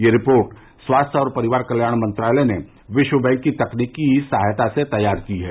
यह रिपोर्ट स्वास्थ्य और परिवार कल्याण मंत्रालय ने विश्व बैंक की तकनीकी सहायता से तैयार की गई है